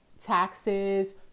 taxes